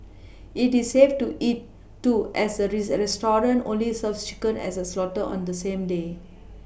it is safe to eat too as the rest as restaurant only serves chicken is slaughtered on the same day